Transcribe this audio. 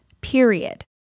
period